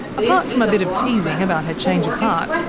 apart from a bit of teasing about her change of heart,